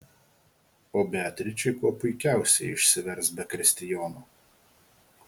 o beatričė kuo puikiausiai išsivers be kristijono